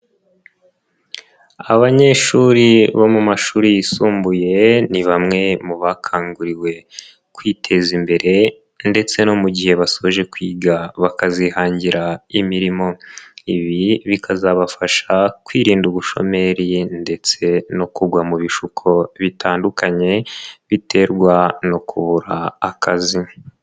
Abanyeshuri bo mu mashuri yisumbuye ni bamwe mu bakanguriwe kwiteza imbere ndetse no mu gihe basoje kwiga bakazihangira imirimo, ibi bikazabafasha kwirinda ubushomeri ndetse no kugwa mu bishuko bitandukanye biterwa no kubura akazi.